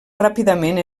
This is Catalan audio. ràpidament